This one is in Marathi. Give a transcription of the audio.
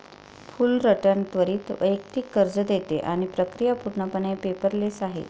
फुलरटन त्वरित वैयक्तिक कर्ज देते आणि प्रक्रिया पूर्णपणे पेपरलेस आहे